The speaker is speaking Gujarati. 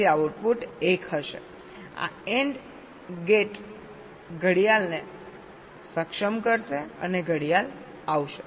પછી આઉટપુટ 1 હશે આ AND ગેટ ઘડિયાળને સક્ષમ કરશે અને ઘડિયાળ આવશે